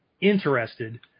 interested